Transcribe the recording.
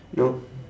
nope